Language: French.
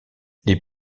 les